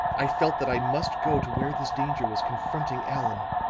i felt that i must go to where this danger was confronting allan